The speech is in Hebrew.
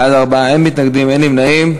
בעד, 4, אין מתנגדים, אין נמנעים.